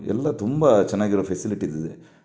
ಎಲ್ಲ ತುಂಬ ಚೆನ್ನಾಗಿರೋ ಫೆಸಿಲಿಟೀಸ್ ಇದೆ